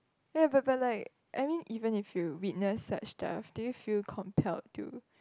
ya but but like I mean even if you witness such stuff do you feel compelled to